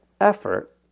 effort